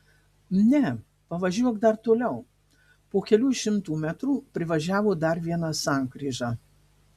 ne pavažiuok dar toliau po kelių šimtų metrų privažiavo dar vieną sankryžą